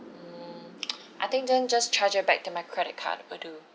mm I think then just charge it back to my credit card will do